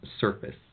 surface